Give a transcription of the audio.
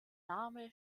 name